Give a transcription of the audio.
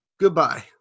goodbye